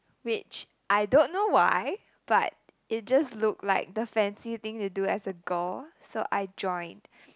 which I don't know why but it just look like the fancy thing to do as a girl so I joined